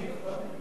עוולה